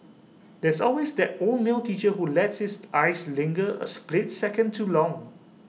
there's always that old male teacher who lets his eyes linger A split second too long